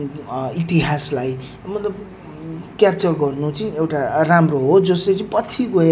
लोनावला जाँदाको पदयात्रा चाहिँ यति रमाइलो थियो है यो एक्सपिरियन्स चाहिँ तपाईँहरूमाझ म राख्न चाहन्छु